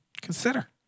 consider